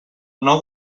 nou